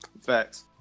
Facts